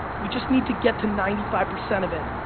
we just need to get to ninety five percent of it,